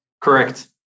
Correct